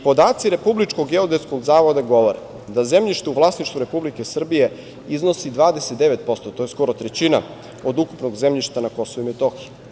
Podaci Republičkog geodetskog zavoda govore da zemljište u vlasništvu Republike Srbije iznosi 29%, to je skoro trećina od ukupnog zemljišta na Kosovu i Metohiji.